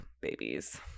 Babies